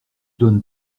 donne